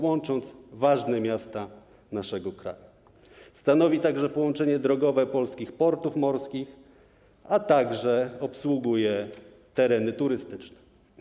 Łączy ona ważne miasta naszego kraju, stanowi połączenie drogowe polskich portów morskich, a także obsługuje tereny turystyczne.